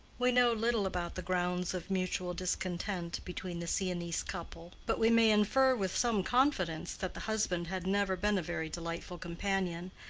we know little about the grounds of mutual discontent between the siennese couple, but we may infer with some confidence that the husband had never been a very delightful companion,